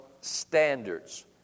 standards